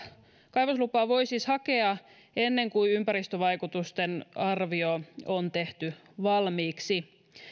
kaivoslupaa voi siis hakea ennen kuin ympäristövaikutusten arviointi on tehty valmiiksi